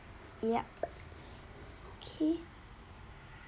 yup okay